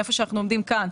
היכן שאנחנו עומדים כאן,